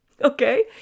Okay